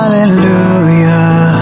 Hallelujah